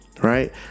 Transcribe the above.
right